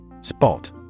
spot